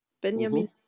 Benjamin